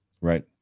Right